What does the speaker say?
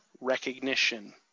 recognition